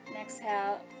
Exhale